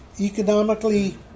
economically